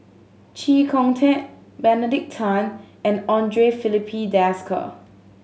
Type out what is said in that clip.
Chee Kong Tet Benedict Tan and Andre Filipe Desker